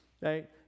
right